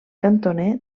cantoner